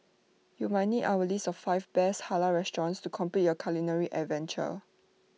you might need our list of five best Halal restaurants to complete your culinary adventure